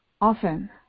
often